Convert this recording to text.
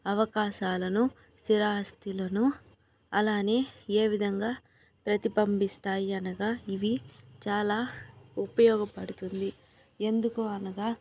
అవకాశాలను స్థిరాస్తులను అలానే ఏ విధంగా ప్రతిబంబిస్తాయి అనగా ఇవి చాలా ఉపయోగపడుతుంది ఎందుకు అనగా